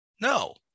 No